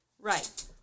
Right